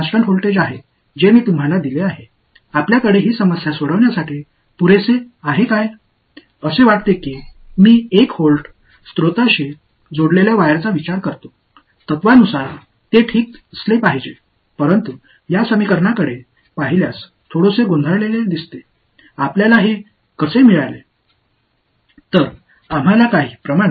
1 volt மூலத்துடன் நான் இணைக்கப்பட்ட ஒரு கம்பியைப் பற்றி நான் நினைக்கிறேன் கொள்கையளவில் அது சரியாக இருக்க வேண்டும் ஆனால் இந்த சமன்பாட்டைப் பார்க்கும்போது கொஞ்சம் குழப்பமாகத் தெரிகிறது இதை நாம் எவ்வாறு கண்டுபிடிப்போம்